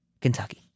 Kentucky